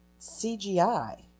CGI